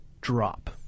drop